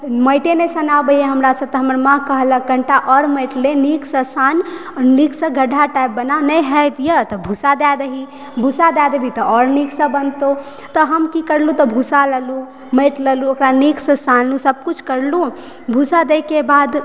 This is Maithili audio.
तऽ माटिये नहि सनऽ अबैया हमरा सॅं तऽ हमर माँ कहलक कनीटा आओर माटि ले नीक सऽ सान नीक सऽ गड्ढा टाइप बना नहि हैतै तऽ भूसा दाशय दही भूसा दय देबही तऽ और नीक सऽ बनतौ तऽ हम की करलहुॅं तऽ भूसा लेलहुॅं माटि लेलहुॅं ओकरा नीक सऽ सानलहुॅं सबकिछु करलहुॅं भूसा दै के बाद